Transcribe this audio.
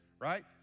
right